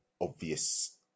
obvious